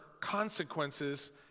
consequences